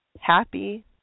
Happy